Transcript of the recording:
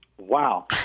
Wow